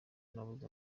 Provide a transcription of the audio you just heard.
nabuze